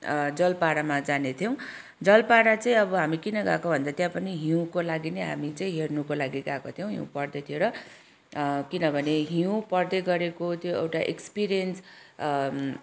जलपाडामा जाने थियौँ जलपाडा चाहिँ अब हामी किन गएको भने त्यहाँ पनि हिउँको लागि नै हामी चाहिँ हेर्नुको लागि गएको थियौँ हिउँ पर्दै थियो र किनभने हिउँ पर्दै गरेको त्यो एउटा एक्सपिरियन्स